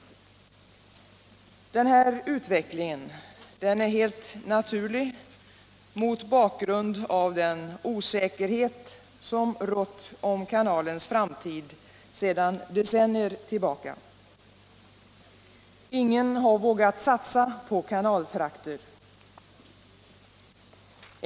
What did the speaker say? Denna utveckling är helt naturlig mot bakgrund av den osäkerhet som rått om kanalens framtid sedan decennier tillbaka. Ingen har vågat satsa på kanalfrakter.